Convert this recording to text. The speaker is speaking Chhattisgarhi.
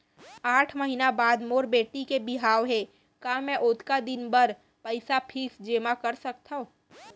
आठ महीना बाद मोर बेटी के बिहाव हे का मैं ओतका दिन भर पइसा फिक्स जेमा कर सकथव?